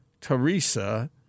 Teresa